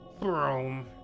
Broom